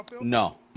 no